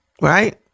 right